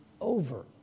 over